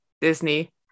disney